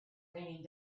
raining